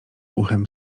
uchem